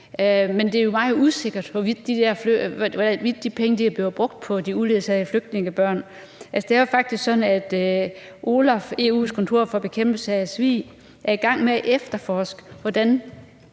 Men det er jo meget usikkert, hvorvidt de penge er blevet brugt på de uledsagede flygtningebørn. Det er jo faktisk sådan, at OLAF, EU's kontor for bekæmpelse af svig, er i gang med at efterforske, hvordan